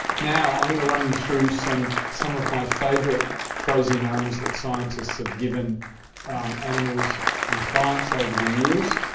now, i'm going to run you through some some of my favourite crazy names that scientists have given animals and plants over the years.